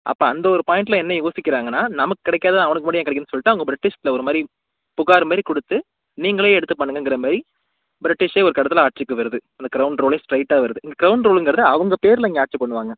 அப்போ அந்த ஒரு பாயிண்டில் என்ன யோசிக்கிறாங்கன்னா நமக் கிடைக்காதது அவனுக்கு மட்டும் ஏன் கிடைக்கிதுன்னு சொல்லிட்டு அவங்க பிரிட்டிஷில் ஒரு மாதிரி புகார் மாதிரி கொடுத்து நீங்களே எடுத்து பண்ணுங்கங்கிறமாரி பிரிட்டிஷே ஒரு கட்டத்தில் ஆட்சிக்கு வருது அந்த கிரௌன் ரூலே ஸ்ட்ரெயிட்டாக வருது இந்த கிரௌன் ரூலுங்கிறது அவங்க பேரில் இங்கே ஆட்சி பண்ணுவாங்க